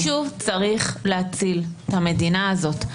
ומישהו צריך להציל את המדינה הזאת.